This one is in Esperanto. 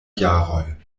jaroj